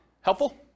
Helpful